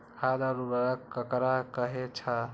खाद और उर्वरक ककरा कहे छः?